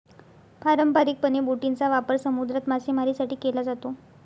पारंपारिकपणे, बोटींचा वापर समुद्रात मासेमारीसाठी केला जातो